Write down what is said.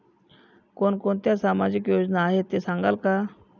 कोणकोणत्या सामाजिक योजना आहेत हे सांगाल का?